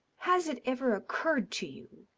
has it ever occurred to you,